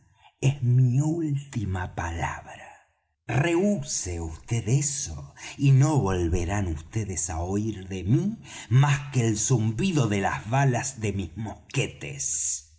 es mi última palabra rehuse vd eso y no volverán á oir vds de mí más que el zumbido de las balas de mis mosquetes